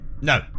no